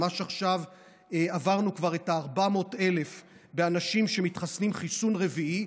ממש עכשיו עברנו כבר את ה-400,000 אנשים שמתחסנים חיסון רביעי.